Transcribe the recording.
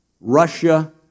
Russia